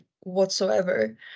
whatsoever